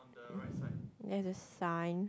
there's a sign